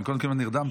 קודם כמעט נרדמתי.